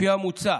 לפי המוצע,